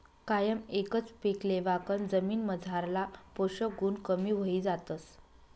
कायम एकच पीक लेवाकन जमीनमझारला पोषक गुण कमी व्हयी जातस